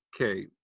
Okay